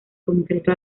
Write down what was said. concreto